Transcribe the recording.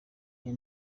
iyo